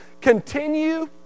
continue